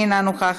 אינה נוכחת,